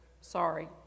Sorry